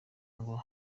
ngo